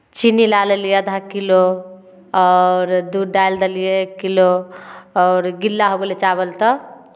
चीनी लए लेलियै अधा किलो आओर दूध डालि देलियै एक किलो आओर गीला हो गेलै चावल तऽ